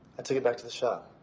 i took it back to the shop.